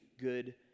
good